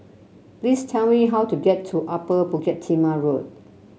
please tell me how to get to Upper Bukit Timah Road